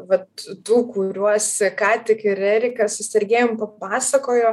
vat tų kuriuos ką tik ir erika su sergėjum papasakojo